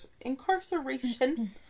incarceration